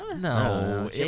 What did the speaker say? no